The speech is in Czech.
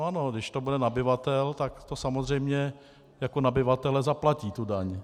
Ano, když to bude nabyvatel, tak to samozřejmě jako nabyvatelé zaplatí, tu daň.